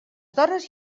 dones